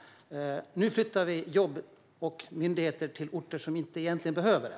Nu flyttar vi jobb och myndigheter till orter som egentligen inte behöver det.